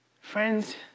Friends